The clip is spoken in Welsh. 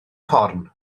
corn